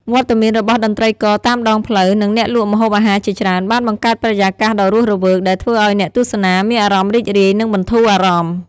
វត្តមានរបស់តន្ត្រីករតាមដងផ្លូវ និងអ្នកលក់ម្ហូបអាហារជាច្រើន បានបង្កើតបរិយាកាសដ៏រស់រវើក ដែលធ្វើឱ្យអ្នកទស្សនាមានអារម្មណ៍រីករាយ និងបន្ធូរអារម្មណ៍។